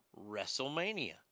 WrestleMania